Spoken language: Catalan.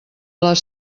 les